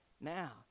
Now